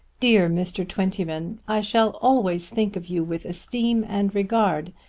dear mr. twentyman, i shall always think of you with esteem and regard,